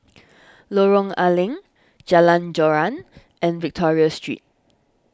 Lorong A Leng Jalan Joran and Victoria Street